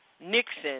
Nixon